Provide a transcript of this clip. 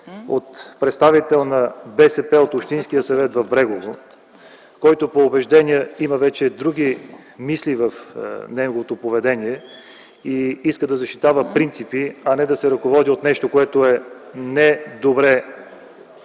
с представител на БСП от Общинския съвет в Брегово, който по убеждения вече има други мисли в неговото поведение и иска да защитава принципи, а не да се ръководи от нещо, което се налага